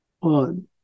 on